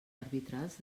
arbitrals